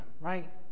right